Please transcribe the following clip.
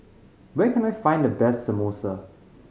where can I find the best Samosa